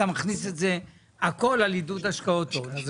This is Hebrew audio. מכניס את זה הכל על עידוד השקעות הון,